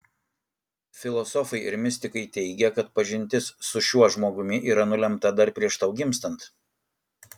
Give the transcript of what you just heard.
filosofai ir mistikai teigia kad pažintis su šiuo žmogumi yra nulemta dar prieš tau gimstant